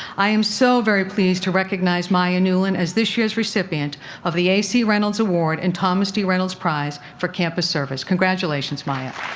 i am so very pleased to recognize maya newlin as this year's recipient of the a c. reynolds award and thomas d. reynolds prize for campus service. congratulations, maya.